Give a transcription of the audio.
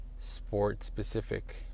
sport-specific